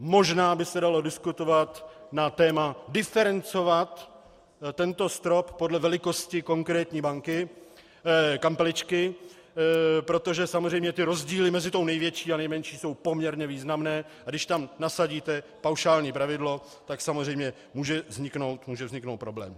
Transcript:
Možná by se dalo diskutovat na téma diferencovat tento strop podle velikosti konkrétní kampeličky, protože samozřejmě rozdíly mezi největší a nejmenší jsou poměrně významné, a když tam nasadíte paušální pravidlo, samozřejmě může vzniknout problém.